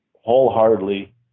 wholeheartedly